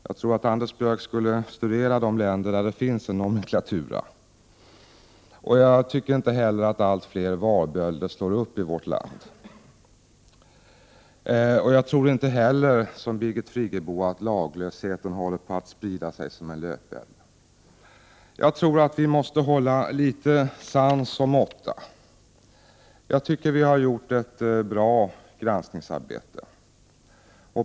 Jag tycker att Anders Björck skulle studera de länder där det finns en nomenklatur. Jag tycker inte heller att allt fler varbölder slår upp i vårt land. Jag tror inte, som Birgit Friggebo, att laglösheten håller på att sprida sig som en löpeld. Jag tror att vi måste hålla litet sans och måtta. Jag tycker att vi har gjort ett bra granskningsarbete.